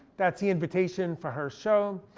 that's the invitation for her show.